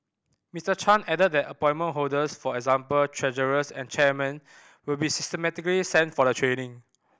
Mister Chan added that appointment holders for example treasurers and chairmen will be systematically sent for the training